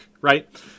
right